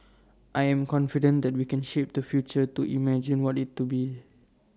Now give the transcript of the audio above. I am confident that we can shape the future to imagine what IT to be